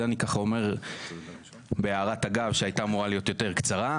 זה אני אומר ככה בהערת אגב שהייתה אמורה להיות יותר קצרה.